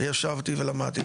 ישבתי ולמדתי,